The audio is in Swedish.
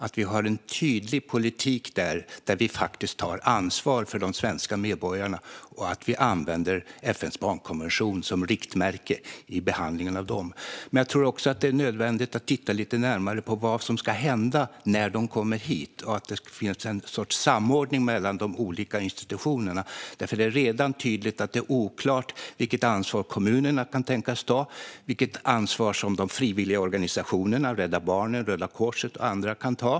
Det måste finnas en tydlig politik där vi faktiskt tar ansvar för de svenska medborgarna och att vi använder FN:s barnkonvention som riktmärke i behandlingen av barnen. Jag tror också att det är nödvändigt att titta lite närmare på vad som ska hända när barnen kommer hit. Det måste finnas en sorts samordning mellan de olika institutionerna. Det är redan tydligt att det är oklart vilket ansvar kommunerna kan tänkas ta samt vilket ansvar som frivilligorganisationerna, Rädda Barnen, Röda Korset och andra kan ta.